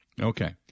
Okay